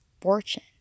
fortune